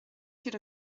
siad